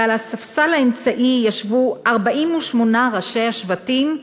ועל הספסל האמצעי ישבו 48 ראשי השבטים,